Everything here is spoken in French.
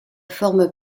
forme